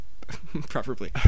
preferably